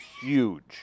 huge